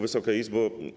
Wysoka Izbo!